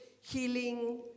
healing